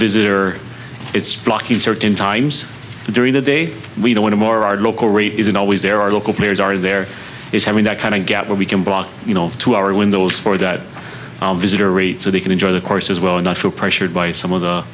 visitor it's blocking certain times during the day we do want to more our local rate isn't always there our local players are there is having that kind of gap where we can block you know to our windows for that visitor rate so they can enjoy the course as well and not feel pressured by some of the